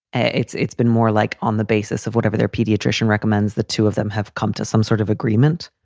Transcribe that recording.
ah it's it's been more like on the basis of whatever their pediatrician recommends. the two of them have come to some sort of agreement,